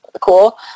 cool